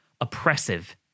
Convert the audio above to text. oppressive